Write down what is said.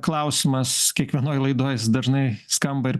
klausimas kiekvienoj laidoj jis dažnai skamba ir